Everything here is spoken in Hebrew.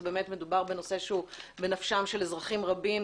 מדובר בנושא שהוא בנפשם של אזרחים רבים,